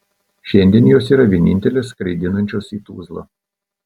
šiandien jos yra vienintelės skraidinančios į tuzlą